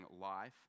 life